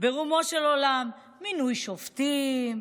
ברומו של עולם: מינוי שופטים,